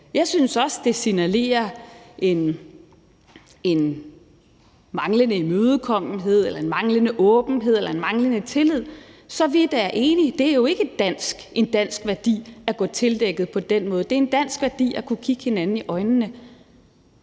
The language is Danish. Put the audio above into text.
Jeg synes også, det signalerer en manglende imødekommenhed eller en manglende åbenhed eller en manglende tillid, så vi er da enige. Det er jo ikke en dansk værdi at være tildækket på den måde. Det er en dansk værdi at kunne kigge hinanden i øjnene.